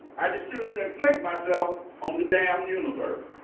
i just choose to inflict myself on the damn universe.